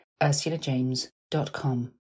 ursulajames.com